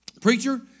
Preacher